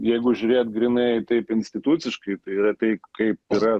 jeigu žiūrėt grynai taip instituciškai tai yra tai kaip yra